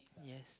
yes